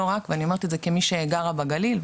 אני אומרת את זה כמי שגרה בגליל,